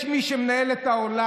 יש מי שמנהל את העולם.